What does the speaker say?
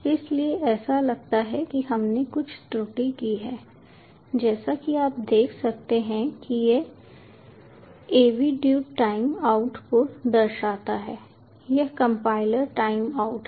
इसलिए ऐसा लगता है कि हमने कुछ त्रुटि की है जैसा कि आप देख सकते हैं कि यह avdude टाइम आउट को दर्शाता है यह कंपाइलर टाइम आउट है